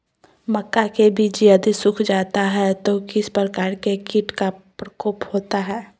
मक्का के बिज यदि सुख जाता है तो किस प्रकार के कीट का प्रकोप होता है?